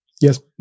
Yes